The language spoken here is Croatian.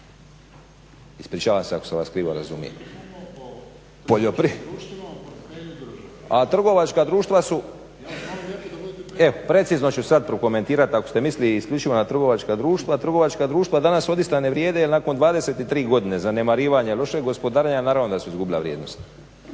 Ispričavam se ako sam vas krivo razumio. … /Upadica se ne razumije./… A trgovačka društva su evo precizno ću sad prokomentirati ako ste mislili isključivo na trgovačka društva, trgovačka društva danas odista ne vrijede jer nakon 23 godine zanemarivanja i lošeg gospodarenja naravno da su izgubila vrijednost.